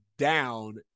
down